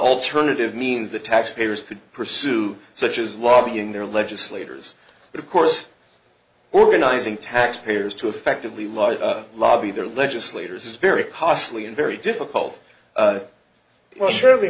lternative means that taxpayers could pursue such as lobbying their legislators but of course organizing taxpayers to effectively large lobby their legislators is very costly and very difficult well surely